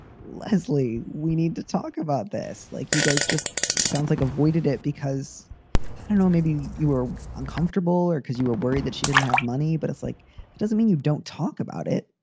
leslie, we need to talk about this. like, you guys just sounds like avoided it because i know maybe you you were uncomfortable or because you were worried that she didn't have money. but it's like it doesn't mean you don't talk about it,